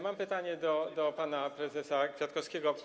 Mam pytanie do pana prezesa Kwiatkowskiego.